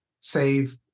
save